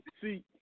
See